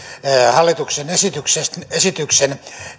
hallituksen esityksen